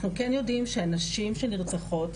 אנחנו כן יודעים שהנשים שנרצחות,